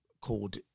called